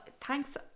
thanks